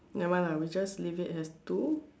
never mind lah we just leave it have to